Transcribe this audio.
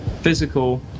physical